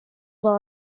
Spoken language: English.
well